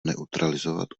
neutralizovat